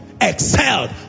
excelled